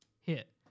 hit